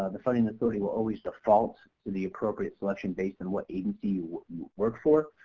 ah the funding authority will always default to the appropriate selection base and what agency you work for.